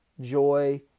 joy